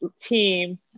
team